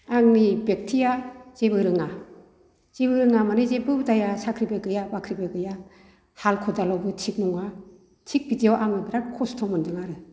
आंनि बेगतिया जेबो रोङा जेबो रोङा मानि जेबो उदाया साख्रिबो गैया बाख्रिबो गैया हाल खदालावबो थिग नङा थिग बिदियाव आङो बिरात खस्थ' मोन्दों आरो